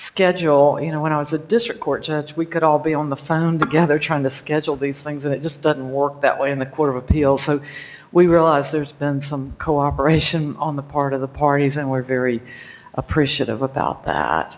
schedule and when i was a district court judge we could all be on the found together trying to schedule these things and it just doesn't work that way in the court of appeals so we realize there's been some cooperation on the part of the parties and we're very appreciative about that